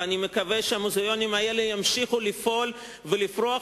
ואני מקווה שהמוזיאונים האלה ימשיכו לפעול ולפרוח